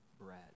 bread